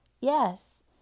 Yes